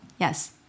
Yes